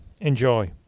enjoy